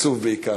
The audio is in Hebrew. עצוב בעיקר.